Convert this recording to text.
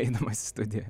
eidamas į studiją